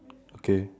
okay